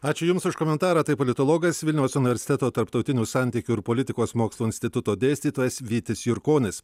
ačiū jums už komentarą tai politologas vilniaus universiteto tarptautinių santykių ir politikos mokslų instituto dėstytojas vytis jurkonis